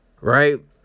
Right